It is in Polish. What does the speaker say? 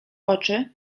oczy